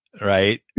right